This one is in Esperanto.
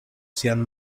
sian